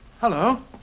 Hello